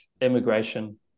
immigration